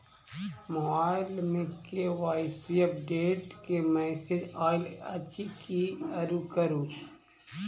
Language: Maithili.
मोबाइल मे के.वाई.सी अपडेट केँ मैसेज आइल अछि की करू?